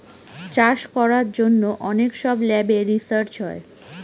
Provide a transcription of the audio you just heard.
চাষ করার জন্য অনেক সব ল্যাবে রিসার্চ হয়